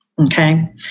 Okay